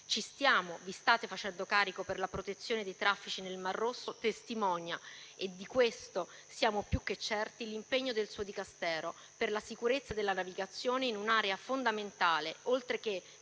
ci stiamo, vi state facendo carico per la protezione dei traffici nel mar Rosso, testimonia - e di questo siamo più che certi - l'impegno del suo Dicastero per la sicurezza della navigazione in un'area fondamentale, oltre che